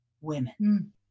women